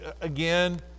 again